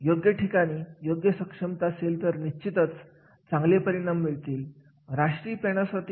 तीन घटकावर आधारित ही प्रक्रिया होती यामध्ये नवीन माहिती तंत्रज्ञान अडचण सोडवण्याचे मार्ग जबाबदारी या घटकांवर एखाद्या कार्याचे महत्त्व ठरवलं गेलं